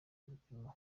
gupima